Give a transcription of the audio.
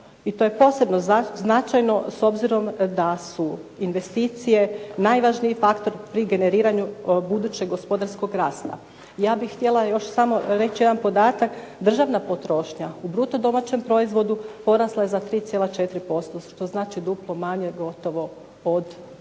I to je posebno značajno s obzirom da su investicije najvažniji faktor pri generiranju budućeg gospodarskog rasta. Ja bih htjela još samo reći jedan podatak. Državna potrošnja u bruto domaćem proizvodu porasla je 3,4% što znači duplo manje gotovo od